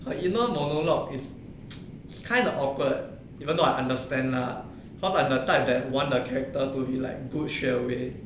her inner monologue is kind of awkward even though I understand lah cause I'm the type that want the character to be like good straight away